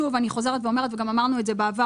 שוב אני חוזרת ואומרת וגם אמרנו את זה בעבר.